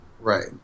Right